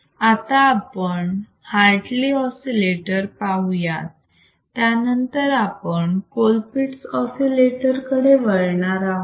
आता आपण Hartley oscillator पाहुयात त्यानंतर आपण कोलपिट्स ऑसिलेटर कडे वळणार आहोत